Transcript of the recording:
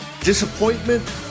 Disappointment